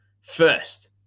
First